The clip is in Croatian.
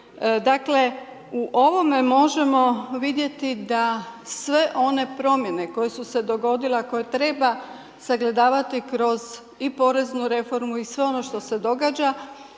dakle, u ovome možemo vidjeti da sve ove promijene koje su se dogodile, a koje treba sagledavati i kroz i poreznu reformu i sve ono što se događa,